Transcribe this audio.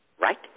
Right